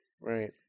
right